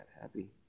happy